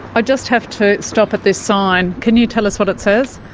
i just have to stop at this sign. can you tell us what it says?